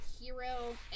Hero